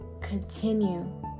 continue